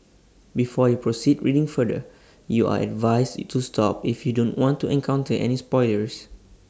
before you proceed reading further you are advised you to stop if you don't want to encounter any spoilers